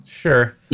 Sure